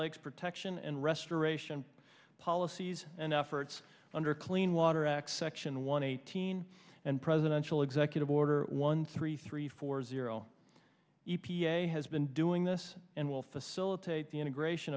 lakes protection and restoration policies and efforts under clean water act section one eighteen and presidential executive order one three three four zero e p a has been doing this and will facilitate the integration